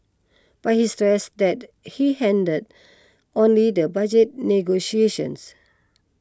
but he stressed that he handled only the budget negotiations